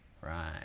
Right